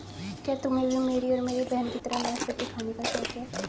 क्या तुम्हे भी मेरी और मेरी बहन की तरह नाशपाती खाने का शौक है?